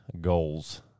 goals